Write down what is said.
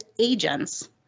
agents